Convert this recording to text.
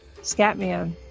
Scatman